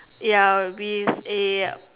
ya with a